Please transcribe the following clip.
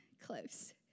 close